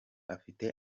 afite